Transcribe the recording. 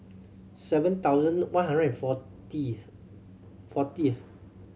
seven thousand one hundred and fortieth